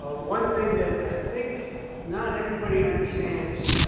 ah one thing that i think not everybody understands,